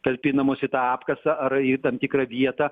talpinamas į tą apkasą ar į tam tikrą vietą